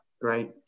Great